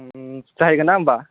जाहैगोन्ना होमबा